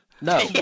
No